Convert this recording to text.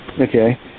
okay